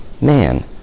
man